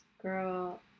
Girl